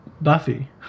Buffy